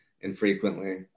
infrequently